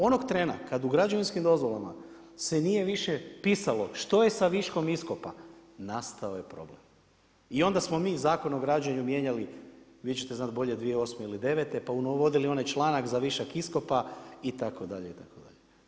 Onog trena kad u građevinskim dozvolama se nije više pisalo što je sa viškom iskopa nastao je problem i onda smo mi Zakon o građenju mijenjali, vi ćete znati bolje 2008. ili devete, pa uvodili onaj članak za višak iskopa itd. itd.